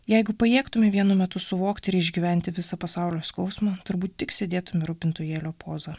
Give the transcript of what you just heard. jeigu pajėgtume vienu metu suvokti ir išgyventi visą pasaulio skausmą turbūt tik sėdėtume rūpintojėlio poza